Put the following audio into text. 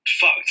fucked